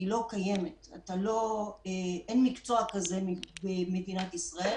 היא לא קיימת, אין מקצוע כזה במדינת ישראל